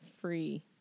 free